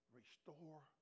restore